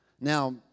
Now